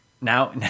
Now